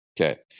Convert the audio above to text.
okay